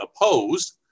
opposed